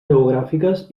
geogràfiques